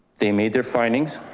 they made their findings.